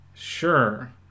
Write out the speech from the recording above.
Sure